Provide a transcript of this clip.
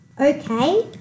Okay